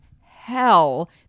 hell